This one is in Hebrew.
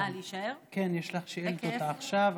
יש לך שאילתות עכשיו,